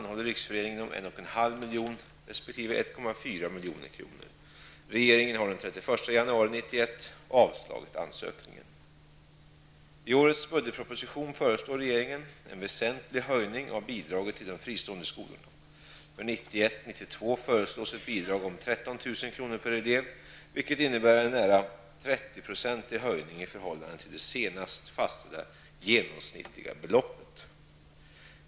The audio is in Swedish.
För Rudolf Regeringen har den 31 januari 1991 avslagit ansökningen. kr. per elev, vilket innebär en nära 30-procentig höjning i förhållande till det senast fastställda genomsnittliga beloppet.